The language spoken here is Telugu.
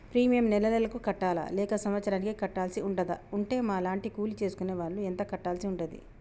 ప్రీమియం నెల నెలకు కట్టాలా లేక సంవత్సరానికి కట్టాల్సి ఉంటదా? ఉంటే మా లాంటి కూలి చేసుకునే వాళ్లు ఎంత కట్టాల్సి ఉంటది?